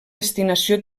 destinació